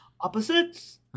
opposites